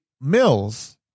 mills